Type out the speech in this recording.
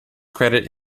credit